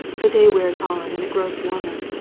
the day wears on and it grows warmer.